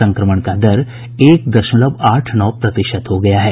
संक्रमण का दर एक दशमलव आठ नौ प्रतिशत हो गया है